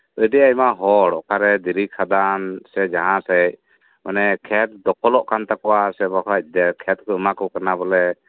ᱟᱹᱰᱤ ᱟᱭᱢᱟ ᱦᱚᱲ ᱚᱠᱟᱨᱮ ᱫᱷᱤᱨᱤ ᱠᱷᱟᱫᱟᱱ ᱥᱮ ᱡᱟᱦᱟᱸ ᱥᱮᱫ ᱢᱟᱱᱮ ᱚᱱᱮ ᱠᱷᱮᱛ ᱫᱚᱠᱷᱚᱞᱚᱜ ᱠᱟᱱ ᱛᱟᱠᱚᱣᱟ ᱵᱟᱠᱷᱟᱱ ᱠᱷᱮᱛ ᱠᱚ ᱮᱢᱟ ᱠᱚ ᱠᱟᱱᱟ ᱵᱚᱞᱮ